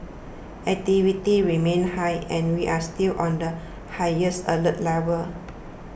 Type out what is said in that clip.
activity remains high and we are still on the highest alert level